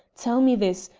tell me this,